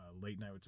late-night